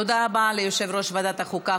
תודה רבה ליושב-ראש ועדת החוקה,